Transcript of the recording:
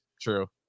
true